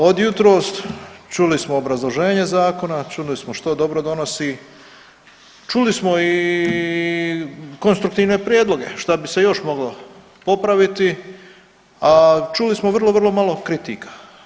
Od jutros čuli smo obrazloženje Zakona, čuli smo što dobro donosi, čuli smo i konstruktivne prijedloge šta bi se još moglo popraviti, a čuli smo vrlo, vrlo malo kritika.